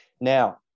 Now